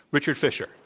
richard fisher.